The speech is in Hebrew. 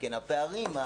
על הפערים,